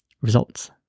results